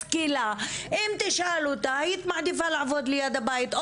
משכילה - אם תשאל אותה היא מעדיפה לעבוד ליד הבית.